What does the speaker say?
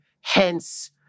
hence